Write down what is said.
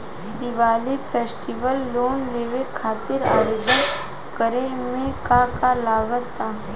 Diwali festival loan लेवे खातिर आवेदन करे म का का लगा तऽ?